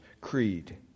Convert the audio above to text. Creed